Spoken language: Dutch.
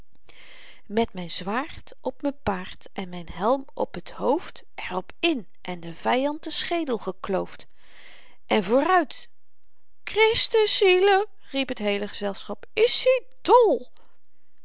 met myn zwaard op m'n paard en myn helm op het hoofd er op in en den vyand den schedel gekloofd en vooruit christenzielen riep t heele gezelschap is-i dol